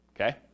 okay